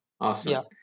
Awesome